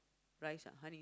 rice ah honey